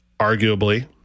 arguably